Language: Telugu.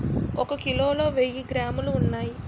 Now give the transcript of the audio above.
ఒక కిలోలో వెయ్యి గ్రాములు ఉన్నాయి